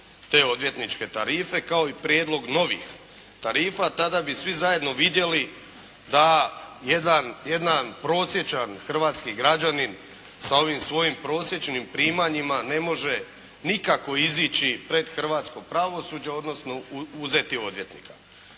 bile odvjetničke tarife kao i prijedlog novih tarifa. Tada bi svi zajedno vidjeli da jedan prosječan hrvatski građanin sa ovim svojim prosječnim primanjima ne može nikako izići pred hrvatsko pravosuđe, odnosno uzeti odvjetnika.